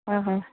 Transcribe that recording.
হয় হয়